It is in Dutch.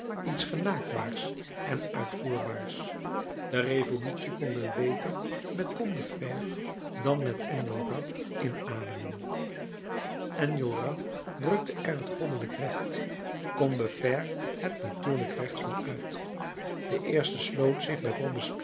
iets genaakbaars en uitvoerbaars de revolutie kon men beter met combeferre dan met enjolras inademen enjolras drukte er het goddelijk recht combeferre het natuurlijk recht van uit de eerste sloot zich